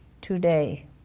today